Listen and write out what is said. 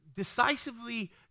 decisively